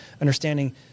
Understanding